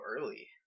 early